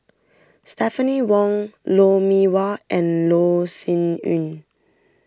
Stephanie Wong Lou Mee Wah and Loh Sin Yun